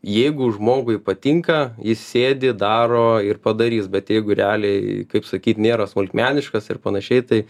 jeigu žmogui patinka jis sėdi daro ir padarys bet jeigu realiai kaip sakyt nėra smulkmeniškas ir panašiai tai